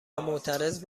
معترض